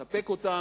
שצריך לספק אותם.